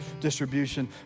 distribution